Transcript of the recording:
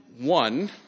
one